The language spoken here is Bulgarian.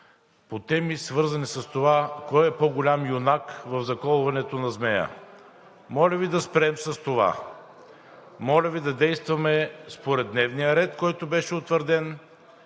по теми, свързани с това кой е по-голям юнак в заколването на змея. Моля Ви да спрем с това, моля Ви да действаме според дневния ред, който беше утвърден,